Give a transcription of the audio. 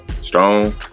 strong